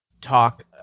talk